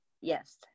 Yes